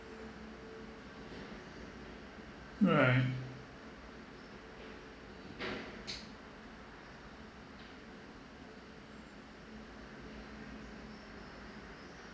right